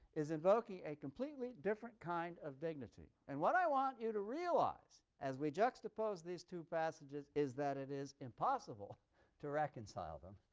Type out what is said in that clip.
is evoking a completely different kind of dignity. and what i want you to realize as we juxtapose these two passages is that it is impossible to reconcile them,